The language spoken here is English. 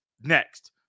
next